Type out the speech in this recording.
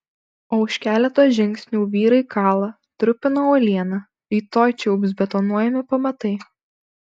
o už keleto žingsnių vyrai kala trupina uolieną rytoj čia jau bus betonuojami pamatai